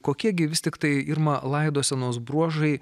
kokie gi vis tiktai irma laidosenos bruožai